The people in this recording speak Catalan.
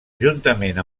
juntament